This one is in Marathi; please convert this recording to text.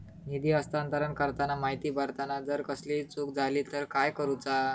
निधी हस्तांतरण करताना माहिती भरताना जर कसलीय चूक जाली तर काय करूचा?